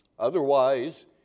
Otherwise